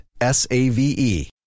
S-A-V-E